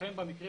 לכן במקרים